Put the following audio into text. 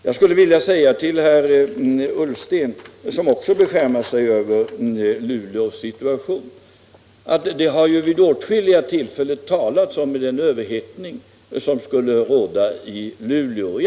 Det har vid åtskilliga tillfällen i anslutning till diskussionen om Stålverk 80 talats om den överhettning som skulle råda i Luleå.